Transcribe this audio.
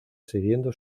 siguiendo